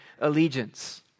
allegiance